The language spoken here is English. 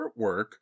artwork